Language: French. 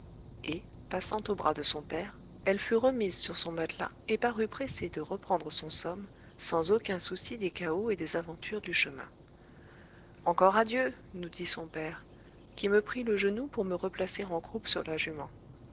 et passant aux bras de son père elle fut remise sur son matelas et parut pressée de reprendre son somme sans aucun souci des cahots et des aventures du chemin encore adieu nous dit son père qui me prit le genou pour me replacer en croupe sur la jument